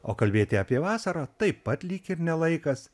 o kalbėti apie vasarą taip pat lyg ir ne laikas